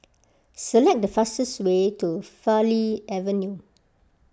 select the fastest way to Farleigh Avenue